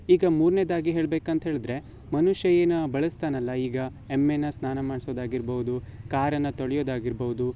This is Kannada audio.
ಈಗ ಮೂರನೇದಾಗಿ ಹೇಳ್ಬೇಕಂತ ಹೇಳಿದ್ರೆ ಮನುಷ್ಯ ಏನು ಬಳಸ್ತಾನಲ್ಲ ಈಗ ಎಮ್ಮೆನ ಸ್ನಾನ ಮಾಡಿಸೋದಾಗಿರ್ಬೌದು ಕಾರನ್ನು ತೊಳೆಯೋದಾಗಿರ್ಬೌದು